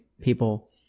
people